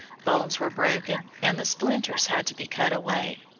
bones were broken, and the splinters had to be cut away,